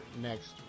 next